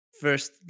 first